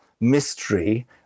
mystery